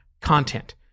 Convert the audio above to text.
content